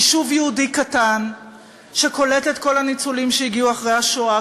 יישוב יהודי קטן שקולט את כל הניצולים שהגיעו אחרי השואה,